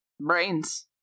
brains